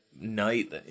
night